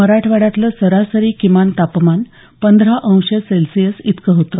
मराठवाड्यातलं सरासरी किमान तापमान पंधरा अंश सेल्शियस इतकं होतं